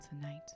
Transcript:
tonight